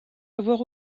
avoir